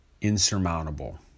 insurmountable